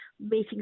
meeting